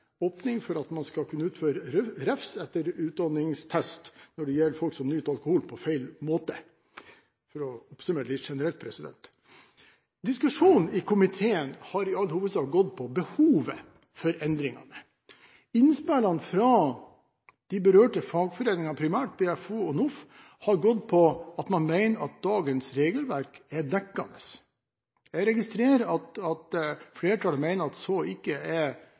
åpning for at man skal kunne utføre refs etter utdanningstest når det gjelder folk som nyter alkohol på feil måte, for å oppsummere litt generelt. Diskusjonen i komiteen har i all hovedsak gått på behovet for endringene. Innspillene fra de berørte fagforeningene – primært BFO og NOF – har gått på at man mener dagens regelverk er dekkende. Jeg registrerer at flertallet mener at så ikke er